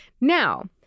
Now